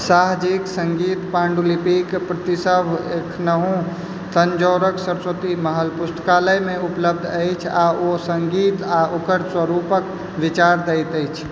शाहजीक सङ्गीत पाण्डुलिपिक प्रतिसभ एखनहु तन्जौरक सरस्वती महल पुस्तकालयमे उपलब्ध अछि आ ओ सङ्गीत आ ओकर स्वरूपक विचार दैत अछि